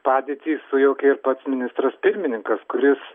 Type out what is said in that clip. padėtį sujaukė ir pats ministras pirmininkas kuris